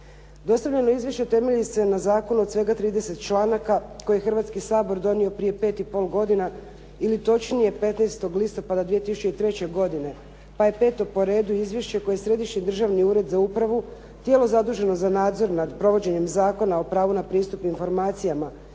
Dostavljeno izvješće temelji se na zakonu od svega 30 članaka koji je Hrvatski sabor donio prije pet i pol godina ili točnije 15. listopada 2003. godine pa je peto po redu izvješće koje je Središnji državni ured za upravu tijelo zaduženo za nadzor nad provođenjem Zakona o pravu na pristup informacijama